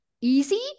easy